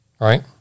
Right